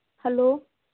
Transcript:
hello